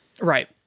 Right